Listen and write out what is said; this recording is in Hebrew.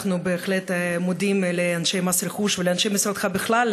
אנחנו בהחלט מודים לאנשי מס רכוש ולאנשי משרדך בכלל,